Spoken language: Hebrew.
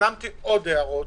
והפנמתי עוד הערות.